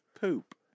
poop